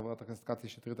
חברת הכנסת קטי שטרית,